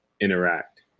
interact